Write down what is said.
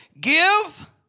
Give